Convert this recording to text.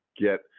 get